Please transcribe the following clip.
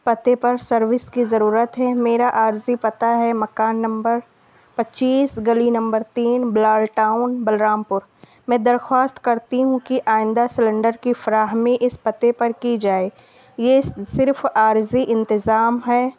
پتے پر سروس کی ضرورت ہے میرا عارضی پتہ ہے مکان نمبر پچیس گلی نمبر تین بلال ٹاؤن بلرام پور میں درخواست کرتی ہوں کہ آئندہ سلنڈر کی فراہمی اس پتے پر کی جائے یہ صرف عارضی انتظام ہے